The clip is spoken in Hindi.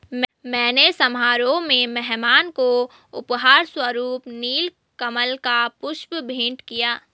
मैंने समारोह में मेहमान को उपहार स्वरुप नील कमल का पुष्प भेंट किया